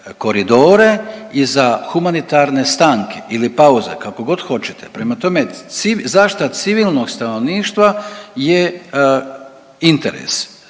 koridore i za humanitarne stanke ili pauze, kakogod hoćete. Prema tome, zaštita civilnog stanovništva je interes